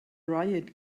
riot